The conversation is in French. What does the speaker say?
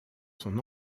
son